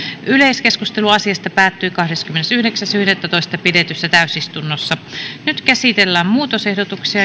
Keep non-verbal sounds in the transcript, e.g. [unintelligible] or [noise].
yleiskeskustelu asiasta päättyi kahdeskymmenesyhdeksäs yhdettätoista kaksituhattaseitsemäntoista pidetyssä täysistunnossa nyt käsitellään muutosehdotukset [unintelligible]